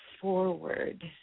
forward